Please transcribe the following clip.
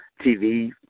TV